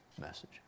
message